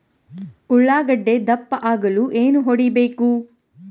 ಉಳ್ಳಾಗಡ್ಡೆ ದಪ್ಪ ಆಗಲು ಏನು ಹೊಡಿಬೇಕು?